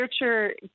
literature